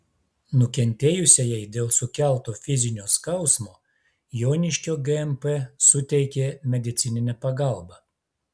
nukentėjusiajai dėl sukelto fizinio skausmo joniškio gmp suteikė medicininę pagalbą